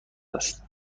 است